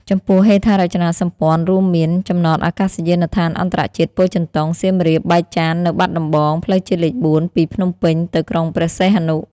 ចំពោះហេដ្ឋារចនាសម្ព័ន្ធរួមមាន ចំណតអាកាសយានដ្ឋានអន្តរជាតិពោធិចិនតុង, សៀមរាប, បែកចាន នៅបាត់ដំបង, ផ្លូវជាតិលេខ៤ ពីភ្នំពេញ ទៅក្រុងព្រះសីហនុ។